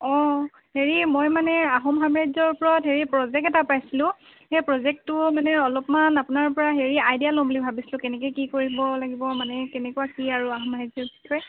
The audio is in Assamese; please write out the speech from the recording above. অ হেৰি মই মানে আহোম সাম্ৰাজ্যৰ ওপৰত হেৰি প্ৰজেক্ট এটা পাইছিলোঁ সেই প্ৰজেক্টটো মানে অলপমান আপোনাৰ পৰা হেৰি আইডিয়া ল'ম বুলি ভাবিছিলোঁ কেনেকৈ কি কৰিব লাগিব মানে কেনেকুৱা কি আৰু